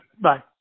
Bye